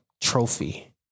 trophy